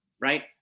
Right